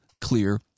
clear